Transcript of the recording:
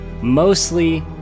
mostly